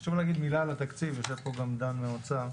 חשוב להגיד מילה על התקציב, יושב פה גם דן מהאוצר,